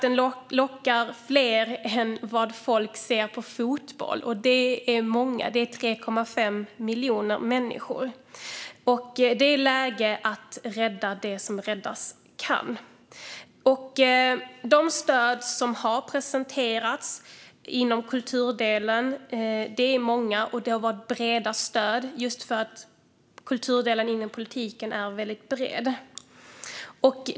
Dans lockar fler än de som tittar på fotboll, och de är många; 3,5 miljoner människor. Det är läge att rädda det som räddas kan. De stöd som har presenterats inom kulturområdet är många, och det har varit breda stöd. Det är för att kulturområdet inom politiken är bred.